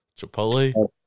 Chipotle